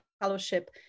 fellowship